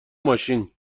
ماشین